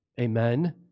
Amen